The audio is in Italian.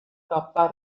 coppa